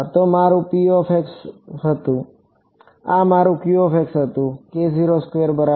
તો મારું હતું આ મારું હતું બરાબર